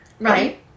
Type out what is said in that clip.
Right